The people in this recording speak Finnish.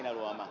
heinäluoma